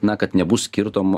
na kad nebus skirtumo